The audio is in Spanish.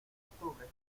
octubre